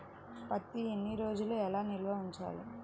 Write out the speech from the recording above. పత్తి ఎన్ని రోజులు ఎలా నిల్వ ఉంచాలి?